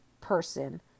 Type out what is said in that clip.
person